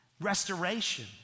restoration